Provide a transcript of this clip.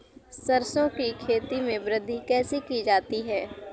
सरसो की खेती में वृद्धि कैसे की जाती है?